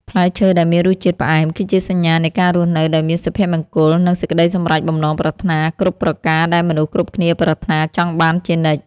ផ្លែឈើដែលមានរសជាតិផ្អែមគឺជាសញ្ញានៃការរស់នៅដោយមានសុភមង្គល និង សេចក្តីសម្រេចបំណងប្រាថ្នាគ្រប់ប្រការដែលមនុស្សគ្រប់គ្នាប្រាថ្នាចង់បានជានិច្ច។